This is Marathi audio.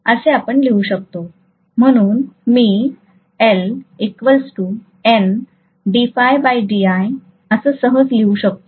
म्हणून मी सहज लिहू शकतो